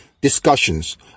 discussions